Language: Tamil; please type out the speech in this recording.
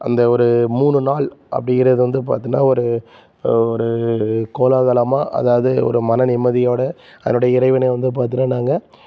அந்த ஒரு மூணு நாள் அப்படி இருக்கிறது வந்து பார்த்திங்கனா ஒரு ஒரு கோலாகலமாக அதாவது ஒரு மன நிம்மதியோடு அதனுடைய இறைவனை வந்து பார்த்திங்கனா நாங்கள்